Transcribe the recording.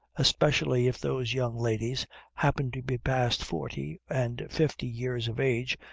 especially if those young ladies happen to be past forty and fifty years of age,